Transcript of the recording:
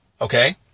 okay